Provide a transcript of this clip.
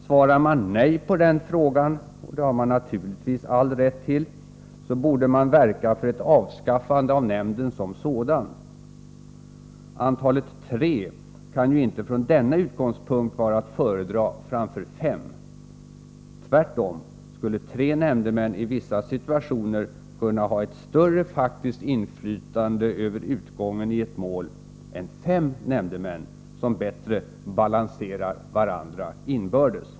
Svarar man nej på den frågan, och det har man naturligtvis all rätt till, borde man verka för ett avskaffande av nämnden som sådan. Antalet tre kan ju inte från denna utgångspunkt vara att föredra framför fem. Tvärtom skulle tre nämndemän i vissa situationer kunna ha ett större faktiskt inflytande över utgången i ett mål än fem nämndemän, som bättre balanserar varandra inbördes.